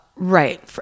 right